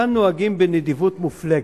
כאן נוהגים בנדיבות מופלגת.